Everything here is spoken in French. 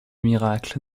miracles